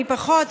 מי פחות,